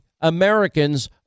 Americans